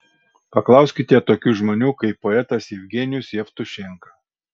paklauskite tokių žmonių kaip poetas jevgenijus jevtušenka